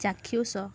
ଚାକ୍ଷୁଷ